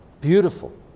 beautiful